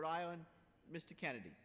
rhode island mr kennedy